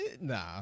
Nah